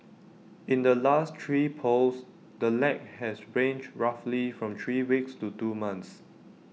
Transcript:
in the last three polls the lag has ranged roughly from three weeks to two months